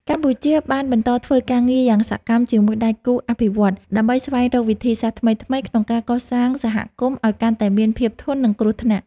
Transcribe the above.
កម្ពុជាបានបន្តធ្វើការងារយ៉ាងសកម្មជាមួយដៃគូអភិវឌ្ឍន៍ ដើម្បីស្វែងរកវិធីសាស្ត្រថ្មីៗក្នុងការកសាងសហគមន៍ឱ្យកាន់តែមានភាពធន់នឹងគ្រោះថ្នាក់។